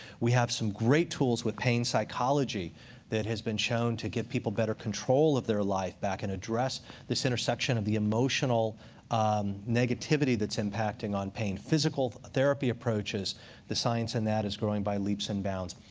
we have some great tools with pain psychology that has been shown to give people better control of their life back and address this intersection of the emotional negativity that's impacting on pain. physical therapy approaches the science in that is growing by leaps and bounds.